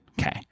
Okay